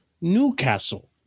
Newcastle